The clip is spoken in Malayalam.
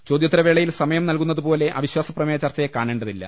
ചോദ്യോത്തരവേളയിൽ സമയം നൽകുന്നതുപോലെ അവി ശ്വാസ പ്രമേയ ചർച്ചയെ കാണേണ്ടതില്ല